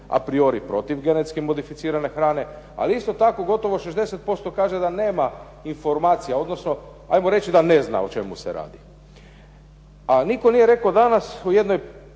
a priori protiv genetski modificirane hrane. Ali isto tako gotovo 60% kaže da nema informacija, odnosno hajmo reći da ne zna o čemu se radi. A nitko nije rekao danas o jednoj